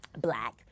black